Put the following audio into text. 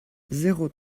zéro